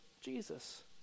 Jesus